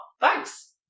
Thanks